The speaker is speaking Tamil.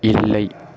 இல்லை